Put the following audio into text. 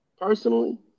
personally